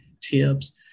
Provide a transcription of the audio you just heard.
tips